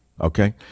Okay